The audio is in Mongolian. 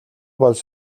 бол